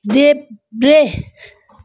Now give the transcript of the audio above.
देब्रे